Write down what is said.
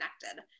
connected